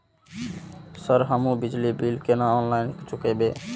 Sir हमू बिजली bill केना ऑनलाईन चुकेबे?